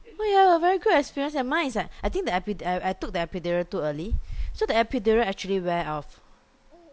!wah! you have a very good experience eh mine is like I think the epi~ I I took the epidural too early so the epidural actually wear off